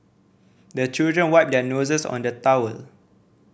the children wipe their noses on the towel